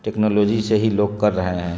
technology سے ہی لوگ کر رہے ہیں